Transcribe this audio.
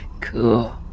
Cool